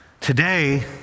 Today